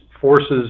forces